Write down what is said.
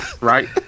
right